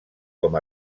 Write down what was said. com